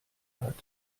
hat